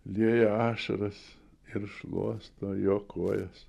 lieja ašaras ir šluosto jo kojas